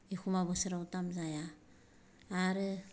एखम्बा बोसोराव दाम जाया आरो